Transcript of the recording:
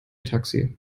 taxi